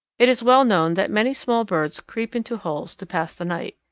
it is well known that many small birds creep into holes to pass the night.